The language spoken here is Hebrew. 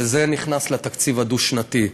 וזה נכנס לתקציב הדו-שנתי.